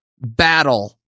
battle